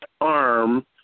arm